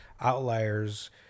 outliers